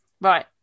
right